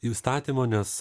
įstatymo nes